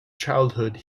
childhood